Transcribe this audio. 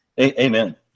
Amen